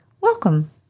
Welcome